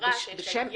בחברה שיש לה ידע.